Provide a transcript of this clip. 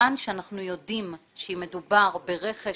מכיוון שאנחנו יודעים שאם מדובר ברכש